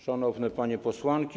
Szanowne Panie Posłanki!